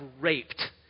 raped